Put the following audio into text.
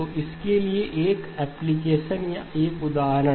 तो इसके लिए एक एप्लीकेशन या एक उदाहरण